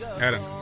Adam